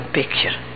picture